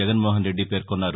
జగన్మోహన్రెడ్డి పేర్కొన్నారు